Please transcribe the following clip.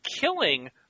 killing